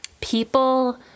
people